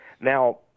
now